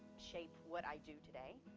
shape what i do today,